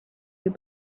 your